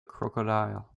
crocodile